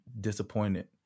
disappointed